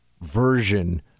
version